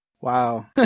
Wow